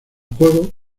juego